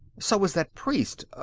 so was that priest,